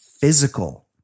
physical